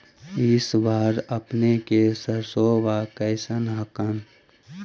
इस बार अपने के सरसोबा कैसन हकन?